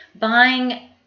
buying